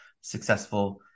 successful